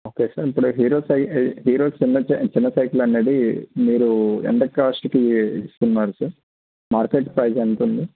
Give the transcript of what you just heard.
okay sir ఇప్పుడు Hero Hero చిన్న చిన్న సైకిల్ అనేది మీరు ఎంత కాస్ట్కి ఇస్తున్నారు సార్ మార్కెట్ ప్రైస్ ఎంత ఉంది